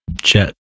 Chet